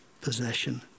possession